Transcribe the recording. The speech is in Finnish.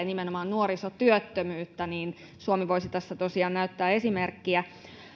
nimenomaan nuorisotyöttömyyttä niin suomi voisi tässä tosiaan näyttää esimerkkiä